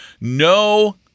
No